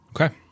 okay